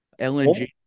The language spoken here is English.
lng